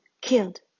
killed